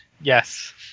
yes